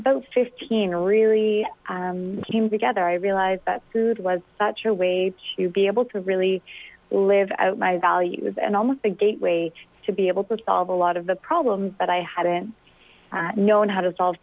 about fifteen really came together i realized that food was such a way to be able to really live out my values and almost a gateway to be able to solve a lot of the problems that i hadn't known how to solve